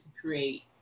create